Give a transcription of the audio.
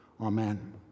Amen